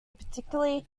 particularly